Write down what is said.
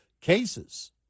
cases